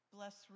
Bless